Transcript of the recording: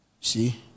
see